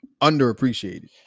underappreciated